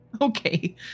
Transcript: Okay